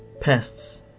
pests